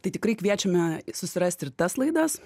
tai tikrai kviečiame susirasti ir tas laidas